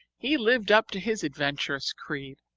he lived up to his adventurous creed.